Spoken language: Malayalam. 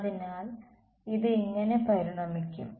അതിനാൽ ഇത് ഇങ്ങനെ പരിണമിക്കും